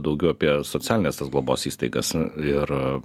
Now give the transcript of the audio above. daugiau apie socialines tas globos įstaigas ir